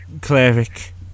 Cleric